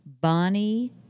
Bonnie